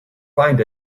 find